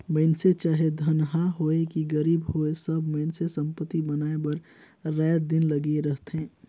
मइनसे चाहे धनहा होए कि गरीब होए सब मइनसे संपत्ति बनाए बर राएत दिन लगे रहथें